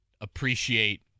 appreciate